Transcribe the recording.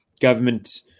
government